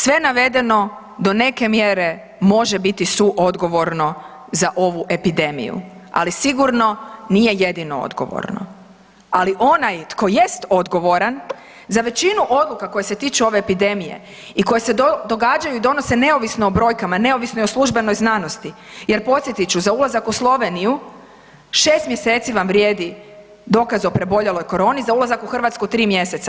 Sve navedeno do neke mjere može biti suodgovorno za ovu epidemiju, ali sigurno nije jedino odgovorno, ali onaj tko jest odgovoran za većinu odluka koji se tiču ove epidemije i koja se događaju i donose neovisno o brojkama, neovisno i o službenoj znanosti, jer podsjetit ću, za ulazak u Sloveniju, 6 mjeseci vam vrijedi dokaz o preboljeloj koroni, za ulazak u Hrvatsku 3 mjeseca.